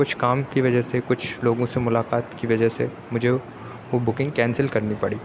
کچھ کام کی وجہ سے کچھ لوگوں سے ملاقات کی وجہ سے مجھے وہ بکنگ کینسل کرنی پڑی